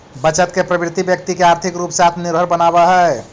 बचत के प्रवृत्ति व्यक्ति के आर्थिक रूप से आत्मनिर्भर बनावऽ हई